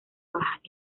bajas